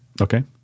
Okay